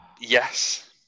Yes